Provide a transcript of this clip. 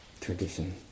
tradition